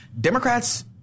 Democrats